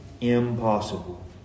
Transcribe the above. impossible